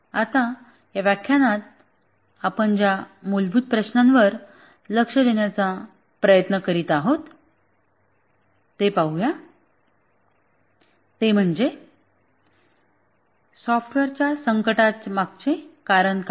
आता या व्याख्यानात आपण ज्या मूलभूत प्रश्नावर लक्ष देण्याचा प्रयत्न करीत आहोत ते पाहूया ते म्हणजे सॉफ्टवेअरच्या संकटामागचे कारण काय